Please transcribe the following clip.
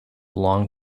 long